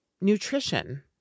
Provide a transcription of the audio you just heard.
nutrition